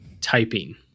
typing